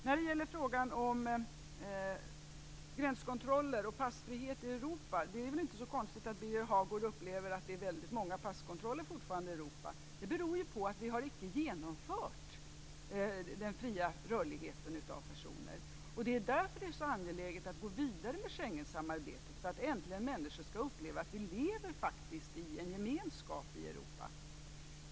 När det gäller frågan om gränskontroller och passfrihet i Europa är det inte så konstigt att Birger Hagård upplever att det fortfarande är väldigt många passkontroller i Europa. Det beror ju på att vi icke har genomfört den fria rörligheten av personer. Det är därför så angeläget att gå vidare med Schengensamarbetet för att människor äntligen skall uppleva att vi faktiskt lever i en gemenskap i Europa.